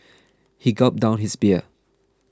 he gulped down his beer